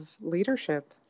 leadership